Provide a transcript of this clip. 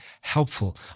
helpful